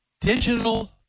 digital